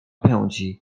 pędzi